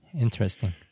Interesting